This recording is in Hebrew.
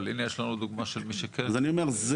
אבל הנה יש לנו דוגמה של מי שכן קיבל מעמד פליט.